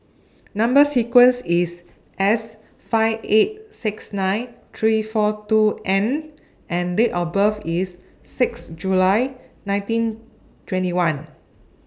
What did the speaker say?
Number sequence IS S five eight six nine three four two N and Date of birth IS six July nineteen twenty one